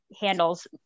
handles